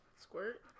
Squirt